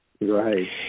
Right